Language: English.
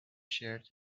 shared